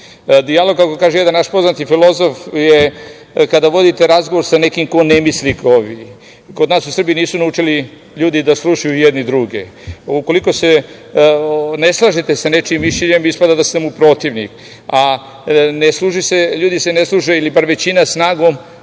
Dijalog, kako kaže jedan poznati filozof, je kada vodite razgovor sa nekim ko ne misli kao vi. Kod nas u Srbiji nisu naučili ljudi da slušaju jedni druge. Ukoliko se ne slažete sa nečijim mišljenjem ispada da ste mu protivnik, a ne služe se ljudi, ili bar većina, snagom